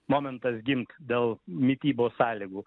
momentas gimt dėl mitybos sąlygų